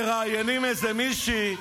מראיינים איזה מישהי,